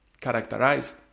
characterized